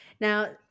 Now